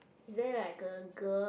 is there like a girl